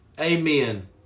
Amen